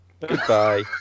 Goodbye